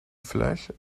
flash